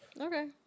Okay